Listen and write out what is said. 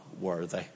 worthy